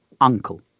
uncle